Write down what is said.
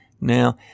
Now